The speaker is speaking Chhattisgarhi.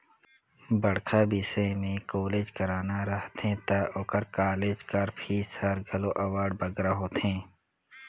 बड़खा बिसे में कॉलेज कराना रहथे ता ओकर कालेज कर फीस हर घलो अब्बड़ बगरा होथे